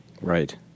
Right